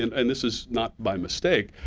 and and this is not by mistake,